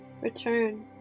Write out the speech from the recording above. Return